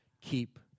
keep